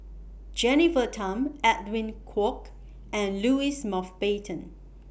Jennifer Tham Edwin Koek and Louis Mountbatten